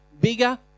bigger